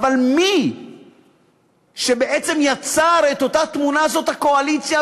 אבל מי שבעצם יצר את אותה תמונה זה הקואליציה,